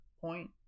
point